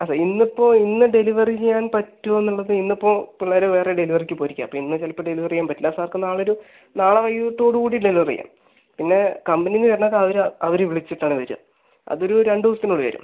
ആ സാർ ഇന്ന് ഇപ്പോൾ ഇന്ന് ഡെലിവറി ചെയ്യാൻ പറ്റുമോയെന്ന് ഉള്ളത് ഇന്ന് ഇപ്പോല പിള്ളേര് വേറെ ഡെലിവറിക്ക് പോയിരിക്കുകയാ അപ്പോൾ ഇന്ന് ചിലപ്പോൾ ഡെലിവറ് ചെയ്യാൻ പറ്റില്ല സാർക്ക് നാളെ ഒരു നാളെ വൈകീട്ടോടു കൂടി ഡെലിവറ് ചെയ്യാം പിന്നെ കമ്പനിയിൽനിന്ന് വരണത് അവര് അവര് വിളിച്ചിട്ട് ആണ് വരിക അത് ഒരു രണ്ട് ദിവസത്തിൻ്റ ഉള്ള് വരും